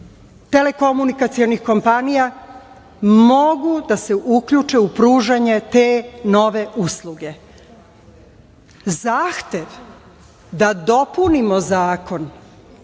telekomunikacionih kompanija i mogu da se uključe u pružanje te nove usluge. Zahtev da dopunimo zakon,